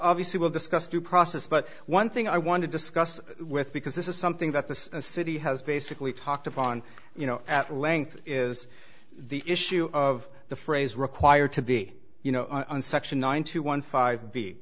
obviously we'll discuss due process but one thing i want to discuss with because this is something that the city has basically talked upon you know at length is the issue of the phrase required to be you know on section one two one five b and